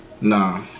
nah